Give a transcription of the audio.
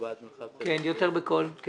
אשקלון.